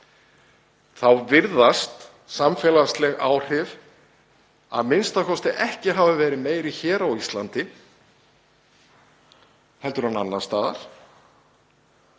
þá virðast samfélagsleg áhrif a.m.k. ekki hafa verið meiri hér á Íslandi heldur en annars staðar